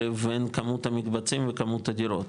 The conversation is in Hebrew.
לבין כמות המקבצים וכמות הדירות,